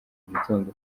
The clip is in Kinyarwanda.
gitondo